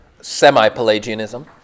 semi-Pelagianism